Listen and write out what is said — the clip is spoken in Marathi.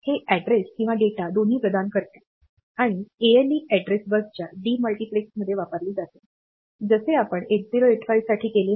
हे अॅड्रेस आणि डेटा दोन्ही प्रदान करते आणि ALE एड्रेस बसच्या डी मल्टिप्लेक्समध्ये वापरली जाते जसे आपण 8085 साठी केले होते